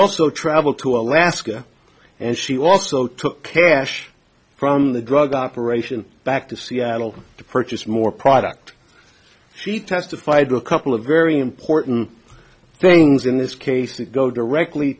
also traveled to alaska and she also took cash from the drug operation back to seattle to purchase more product she testified to a couple of very important things in this case that go directly